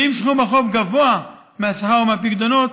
אם סכום החוב גבוה מהשכר או מהפיקדונות,